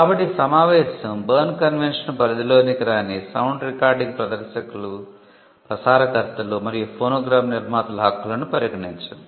కాబట్టి ఈ సమావేశం బెర్న్ కన్వెన్షన్ పరిధిలోకి రాని సౌండ్ రికార్డింగ్ ప్రదర్శకులు ప్రసారకర్తలు మరియు ఫోనోగ్రామ్ నిర్మాతల హక్కులను పరిగణించింది